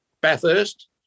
Bathurst